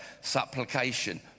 supplication